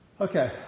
Okay